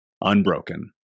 unbroken